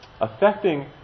affecting